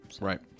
Right